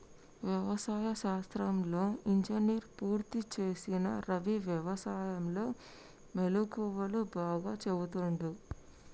వ్యవసాయ శాస్త్రంలో ఇంజనీర్ పూర్తి చేసిన రవి వ్యసాయం లో మెళుకువలు బాగా చెపుతుండు